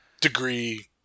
degree